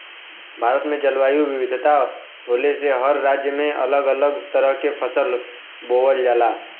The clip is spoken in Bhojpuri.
भारत में जलवायु विविधता होले से हर राज्य में अलग अलग तरह के फसल बोवल जाला